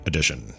Edition